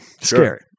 scary